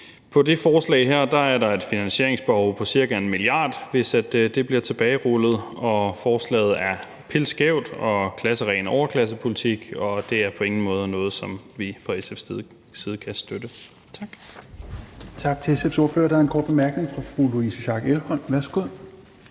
I det forslag her er der et finansieringsbehov på ca. 1 mia. kr., hvis det bliver tilbagerullet, og forslaget er pilskævt og ren overklassepolitik, og det er på ingen måde noget, som vi fra SF's side kan støtte. Tak. Kl. 21:44 Tredje næstformand (Rasmus Helveg Petersen): Tak til SF's ordfører. Der er en kort bemærkning fra fru Louise Schack Elholm. Værsgo.